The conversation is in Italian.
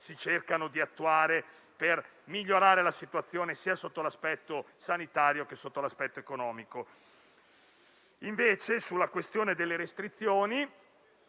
si cercano di attuare per migliorare la situazione sia sotto l'aspetto sanitario che sotto l'aspetto economico. Ripeto che non diciamo che le restrizioni